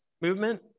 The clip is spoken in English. movement